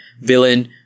villain